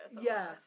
Yes